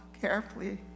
carefully